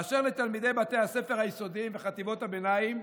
באשר לתלמידי בתי הספר היסודיים וחטיבות הביניים,